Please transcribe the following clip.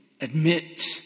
admit